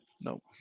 Nope